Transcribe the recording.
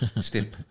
step